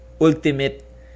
ultimate